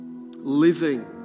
Living